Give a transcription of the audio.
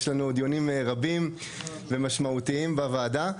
יש לנו עוד דיונים רבים ומשמעותיים בוועדה.